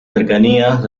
cercanías